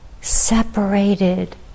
separated